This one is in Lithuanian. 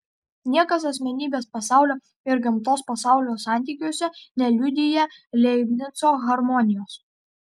niekas asmenybės pasaulio ir gamtos pasaulio santykiuose neliudija leibnico harmonijos